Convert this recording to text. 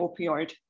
opioid